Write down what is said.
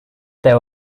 there